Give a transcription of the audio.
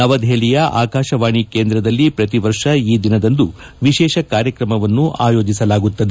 ನವದೆಹಲಿಯ ಆಕಾಶವಾಣಿ ಕೇಂದ್ರದಲ್ಲಿ ಪ್ರತಿ ವರ್ಷ ಈ ದಿನದಂದು ವಿಶೇಷ ಕಾರ್ಯಕ್ರಮವನ್ನು ಆಯೋಜಿಸಲಾಗುತ್ತದೆ